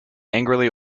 angrily